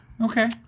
Okay